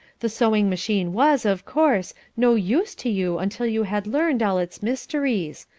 the sewing machine was, of course, no use to you until you had learned all its mysteries,